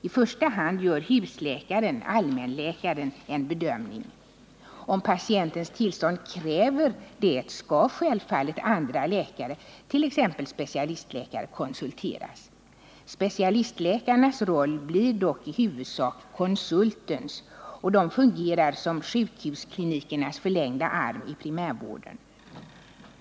I första hand gör husläkaren-allmänläkaren en bedömning. Om patientens tillstånd kräver det skall självfallet andra läkare, t.ex. specialistläkare, konsulteras. Specialistläkarens roll blir dock i huvudsak konsultens, och han fungerar som sjukhusklinikernas förlängda arm i primärvården.